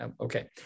Okay